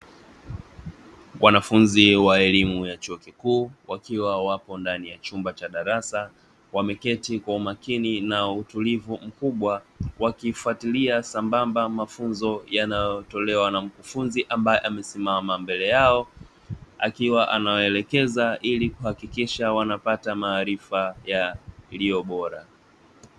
Wanafunzi wa elimu ya chuo kikuu wakiwa wapo ndani ya chumba cha darasa, wameketi kwa umakini na utulivu mkubwa wakifuatilia sambamba, mafunzo yanayotolewa na mkufunzi ambaye amesimama mbele yao akiwa anawaelekeza, ili kuhakikisha wanapata maarifa yaliyo bora.